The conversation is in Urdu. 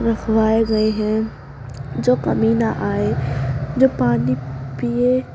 رکھوائے گئے ہیں جو کمی نہ آئے جو پانی پیے